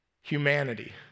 humanity